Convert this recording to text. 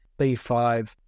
B5